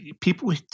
people